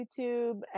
YouTube